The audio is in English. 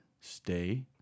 Stay